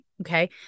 okay